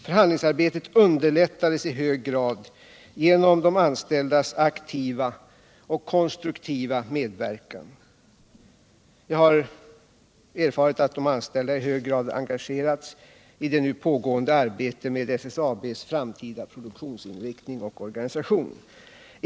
Förhandlingsarbetet underlättades i hög grad genom de anställdas aktiva och konstruktiva medverkan. Jag har erfarit att de anställda i hög grad engagerats i det nu pågående arbetet med SSAB:s framtida produktionsinriktning och organisation.